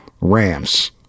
Rams